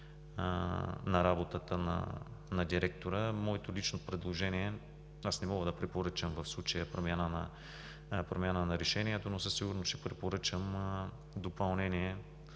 на работата на директора. Моето лично предложение – в случая не мога да препоръчам промяна на решението, но със сигурност ще препоръчам допълнение